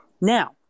now